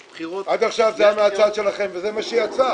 יש בחירות --- עד עכשיו זה היה מהצד שלכם וזה מה שיצא,